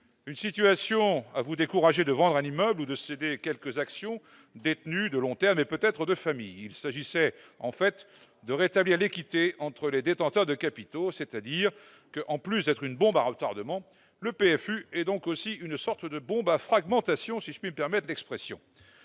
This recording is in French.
Une situation à vous décourager de vendre un immeuble ou de céder quelques actions détenues de long terme et peut-être de famille. On nous dit qu'il s'agit en fait de rétablir l'équité entre les détenteurs de capitaux. Ainsi, en plus d'être une bombe à retardement, le prélèvement forfaitaire unique est aussi une sorte de bombe à fragmentation, si je puis me permettre l'expression.